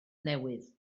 newydd